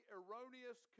erroneous